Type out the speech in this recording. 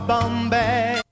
Bombay